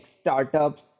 startups